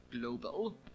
global